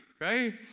right